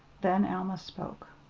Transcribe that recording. then alma spoke.